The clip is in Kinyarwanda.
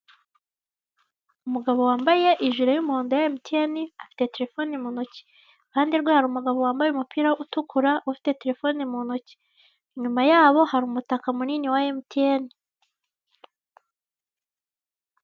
Umugabo wambaye ijire y'umuhondo ya emutiyene afite terefone mu ntoki iruhande rwe hari umugabo wambaye umupira utukura ufite terefone mu ntoki. Inyuma yabo hari umutaka munini wa emutiyene.